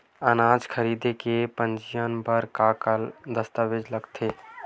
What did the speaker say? अनाज खरीदे के पंजीयन बर का का दस्तावेज लगथे?